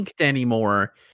anymore